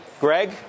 Greg